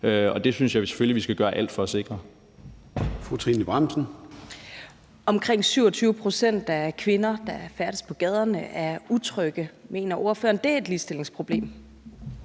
det synes jeg selvfølgelig vi skal gøre alt for at sikre.